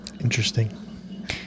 Interesting